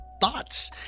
thoughts